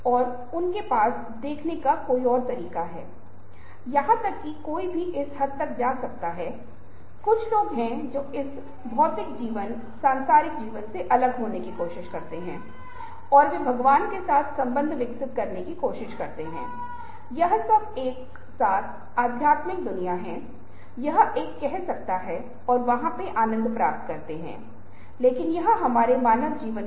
तो TV screen PC screen वास्तविक जीवन और एक केल्विन और हॉब्स कार्टून स्ट्रिप्स है जहां आप देखते हैं कि छोटे छोटे पात्रों में से एक एक युवा लड़का पूरा दिन टीवी देखने में बिताता है और फिर शाम को वह बाहर निकलकर दुनिया देखता है और फिर एक टिप्पणी करता है की असली दुनिया वैसी ही है जो हम टीवी पर देखते हैं लेकिन उससे बहुत कम रोमांचक और रंगीन